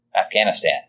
Afghanistan